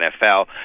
NFL